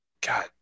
God